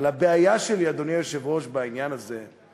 אבל הבעיה שלי, אדוני היושב-ראש, בעניין הזה היא